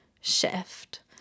shift